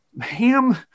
ham